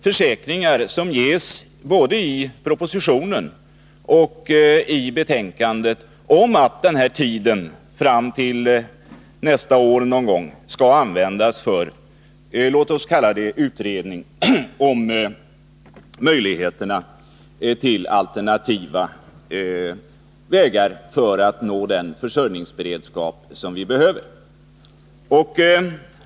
Försäkringar ges också både i propositionen och betänkandet om att tiden fram till nästa år någon gång skall användas för utredning av möjligheter och alternativ för att nå den försörjningsberedskap som vi behöver.